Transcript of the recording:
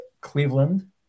Cleveland